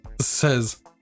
says